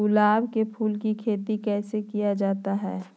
गुलाब के फूल की खेत कैसे किया जाता है?